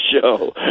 show